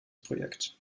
projekt